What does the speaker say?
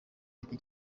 gite